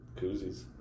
Koozies